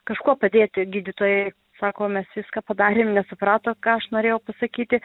kažkuo padėti gydytojai sako mes viską padarėm nesuprato ką aš norėjau pasakyti